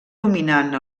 dominant